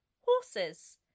horses